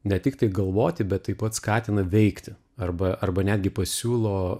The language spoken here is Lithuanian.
ne tik tai galvoti bet taip pat skatina veikti arba arba netgi pasiūlo